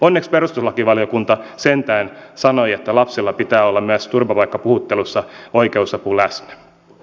onneksi perustuslakivaliokunta sentään sanoi että lapsella pitää olla myös turvapaikkapuhuttelussa oikeusapu läsnä